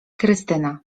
krystyna